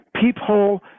peephole